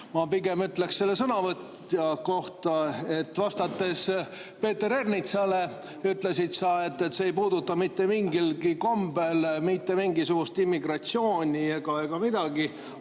Ma pigem ütleksin selle sõnavõtja kohta, et vastates Peeter Ernitsale, ütlesid sa, et see ei puuduta mitte mingilgi kombel mitte mingisugust immigratsiooni ega midagi,